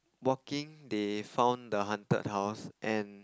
walking they found the haunted house and